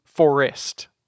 Forest